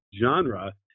genre